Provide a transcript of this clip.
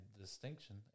distinction